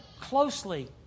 closely